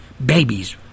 Babies